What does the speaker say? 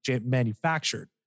manufactured